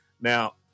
Now